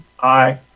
Aye